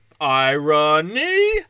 Irony